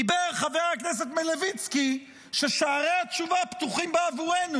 דיבר חבר הכנסת מלביצקי על ששערי התשובה פתוחים בעבורנו.